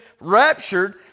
raptured